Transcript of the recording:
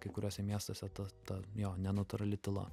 kai kuriuose miestuose ta ta jo nenatūrali tyla